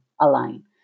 align